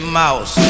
mouse